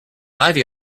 ivy